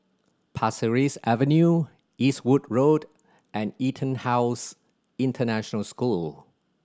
Pasir Ris Avenue Eastwood Road and EtonHouse International School